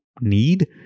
need